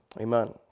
Amen